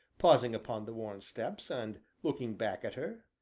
pausing upon the worn steps, and looking back at her,